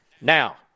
Now